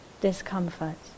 discomfort